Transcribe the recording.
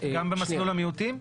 גם במסלול המיעוטים?